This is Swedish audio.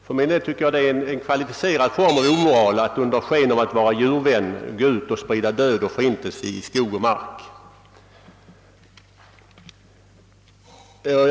För min del tycker jag det är en kvalificerad form av omoral att under sken av att vara djurvän gå ut i skog och mark och sprida död och förintelse.